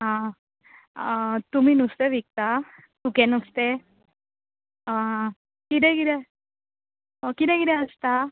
आं तुमी नुस्तें विकता सुकें नुस्तें आं कितें कितें कितें कितें आसता